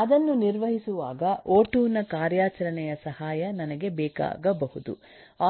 ಅದನ್ನು ನಿರ್ವಹಿಸುವಾಗ ಒ2 ನ ಕಾರ್ಯಾಚರಣೆಯ ಸಹಾಯ ನನಗೆ ಬೇಕಾಗಬಹುದು